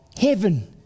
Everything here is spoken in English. heaven